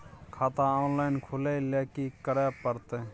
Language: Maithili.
खाता ऑनलाइन खुले ल की करे परतै?